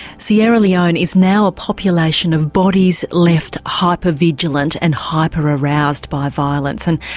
sierra leone is now a population of bodies left hypervigilant and hyper-aroused by violence. and